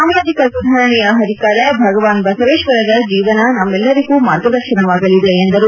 ಸಾಮಾಜಿಕ ಸುಧಾರಣೆಯ ಹರಿಕಾರ ಭಗವಾನ್ ಬಸವೇಶ್ವರರ ಜೀವನ ನಮ್ಮೆಲ್ಲರಿಗೂ ಮಾರ್ಗದರ್ಶನವಾಗಲಿದೆ ಎಂದರು